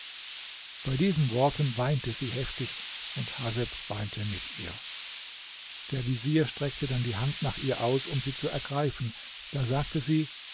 bei diesen worten weinte sie heftig und haseb weinte mit ihr der vezier streckte dann die hand nach ihr aus um sie zu ergreifen da sagte sie